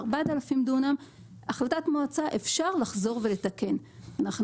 ה-4,000 דונם אפשר לחזור ולתקן החלטת מועצה.